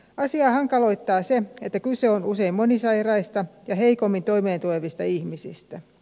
asiaa hankaloittaa se että kyse on usein monisairaista ja heikommin toimeen tulevista ihmisistä